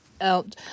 out